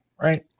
right